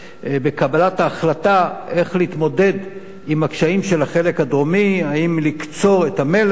בקבלת החלטה איך להתמודד עם הקשיים של החלק הדרומי: האם לקצור את המלח